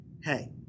hey